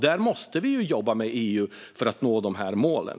Vi måste jobba med EU för att nå de här målen.